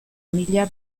mila